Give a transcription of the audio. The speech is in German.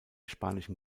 spanischen